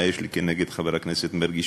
מה יש לי כנגד חבר הכנסת מרגי,